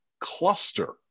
cluster